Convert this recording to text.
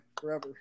forever